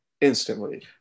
instantly